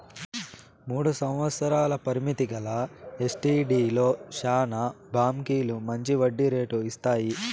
మూడు సంవత్సరాల పరిమితి గల ఎస్టీడీలో శానా బాంకీలు మంచి వడ్డీ రేటు ఇస్తాయి